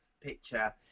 picture